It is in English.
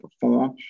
perform